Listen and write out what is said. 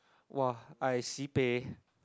!wah! I sibeh